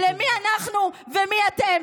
זאת תהיה עדות למי אנחנו ומי אתם.